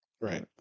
Right